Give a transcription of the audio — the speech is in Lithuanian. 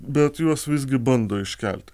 bet juos visgi bando iškelti